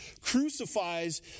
crucifies